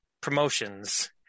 promotions